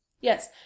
yes